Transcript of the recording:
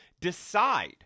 decide